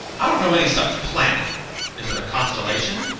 i don't know any such planet is it a constellation?